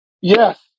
Yes